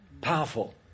Powerful